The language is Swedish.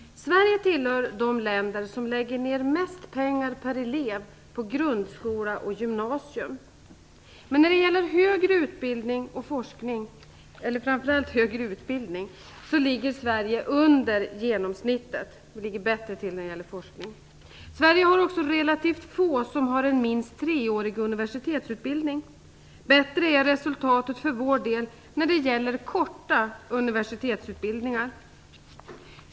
Sverige tillhör de länder som lägger ned mest pengar per elev på grundskola och gymnasium. Men när det gäller högre utbildning ligger Sverige under genomsnittet. Vi ligger bättre till när det gäller forskning. I Sverige är det också relativt få som har minst treårig universitetsutbildning. Bättre är resultatet för vår del när det gäller korta universitetsutbildningar.